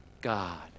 God